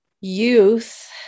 youth